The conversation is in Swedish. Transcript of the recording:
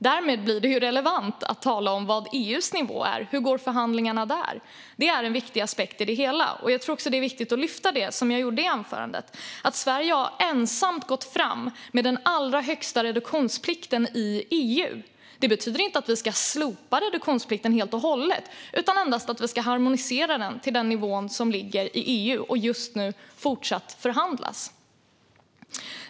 Därmed blir det relevant att tala om vad EU:s nivå är. Hur går förhandlingarna där? Det är en viktig aspekt i det hela. Det är också viktigt att lyfta fram, som jag gjorde i svaret, att Sverige ensamt gått fram med den allra högsta reduktionsplikten i EU. Det betyder inte att vi ska slopa reduktionsplikten helt och hållet utan endast att vi ska harmonisera den till den nivå som finns i EU och just nu fortsatt förhandlas.